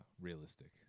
realistic